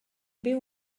byw